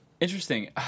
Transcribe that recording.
Interesting